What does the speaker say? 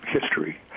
history